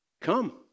Come